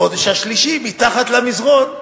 בחודש השלישי, מתחת למזרון.